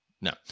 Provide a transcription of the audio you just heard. No